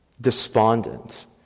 despondent